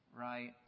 right